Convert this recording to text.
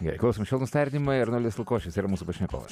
gerai klausom švelnūs tardymai arnoldas lukošius ir mūsų pašnekovas